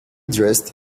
dressed